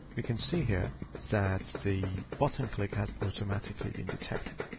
we can see here so that the button click has automatically been detected.